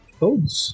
codes